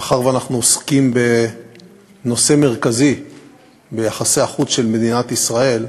מאחר שאנחנו עוסקים בנושא מרכזי ביחסי החוץ של מדינת ישראל,